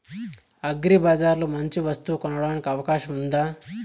అగ్రిబజార్ లో మంచి వస్తువు కొనడానికి అవకాశం వుందా?